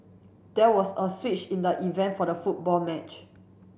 there was a switch in the event for the football match